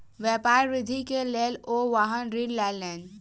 व्यापार वृद्धि के लेल ओ वाहन ऋण लेलैन